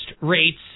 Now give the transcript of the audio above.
rates